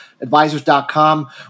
advisors.com